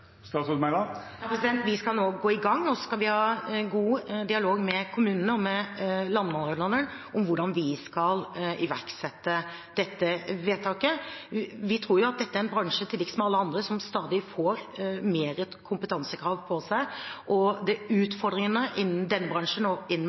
Vi skal nå gå i gang, og vi skal ha en god dialog med kommunene og landmålerne om hvordan vi skal iverksette dette vedtaket. Vi tror at dette er en bransje til liks med alle andre som stadig får større kompetansekrav på seg. Utfordringene innen denne og mange andre bransjer er